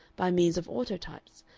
by means of autotypes,